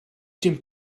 dem